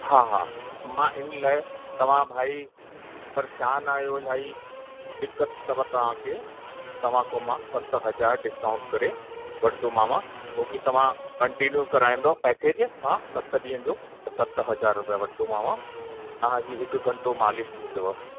हा हा मां हिन लाइ तव्हां भाई परेशानु आयो इलाही दिक़त अथव तव्हांखे तव्हां खे मां सत हज़ार डिस्काउंट करे वठंदोमांव छोकी तव्हां कंटिन्यू कराईंदव पैकेज हा सत ॾींहंनि जो त सत हज़ार रुपिया वठंदोमांव तव्हांजी हिकु घंटो मालिश थींदव